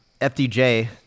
FDJ